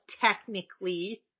technically